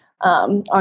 on